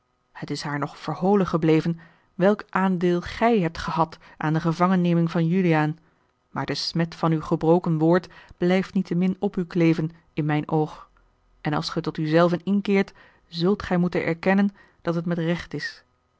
het is haar nog verholen gebleven welk aandeel gij hebt gehad aan de gevangenneming van juliaan maar de smet van uw gebroken woord blijft niettemin op u kleven in mijn oog en als ge tot u zelven inkeert zult gij moeten erkennen dat het met recht is